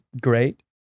great